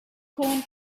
corn